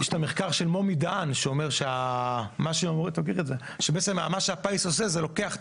יש מחקר של מומי דהן שאומר שמפעל הפיס לוקח את